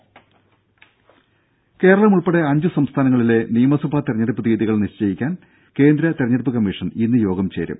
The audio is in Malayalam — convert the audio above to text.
ദേഴ കേരളം ഉൾപ്പെടെ അഞ്ച് സംസ്ഥാനങ്ങളിലെ നിയമസഭാ തിരഞ്ഞെടുപ്പ് തീയ്യതികൾ നിശ്ചയിക്കാൻ കേന്ദ്ര തിരഞ്ഞെടുപ്പ് കമ്മിഷൻ ഇന്ന് യോഗം ചേരും